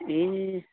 ए